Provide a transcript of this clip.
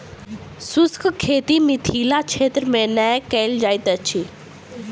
शुष्क खेती मिथिला क्षेत्र मे नै कयल जाइत अछि